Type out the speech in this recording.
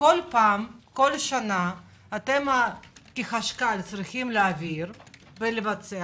שכל שנה אתם כחשכ"ל צריכים להעביר ולבצע.